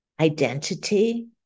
identity